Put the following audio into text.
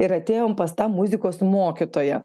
ir atėjom pas tą muzikos mokytoją